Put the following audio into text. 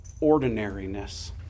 ordinariness